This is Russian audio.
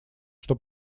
что